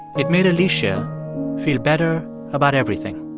it made alicia feel better about everything.